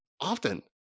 often